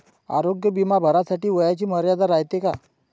आरोग्य बिमा भरासाठी वयाची मर्यादा रायते काय?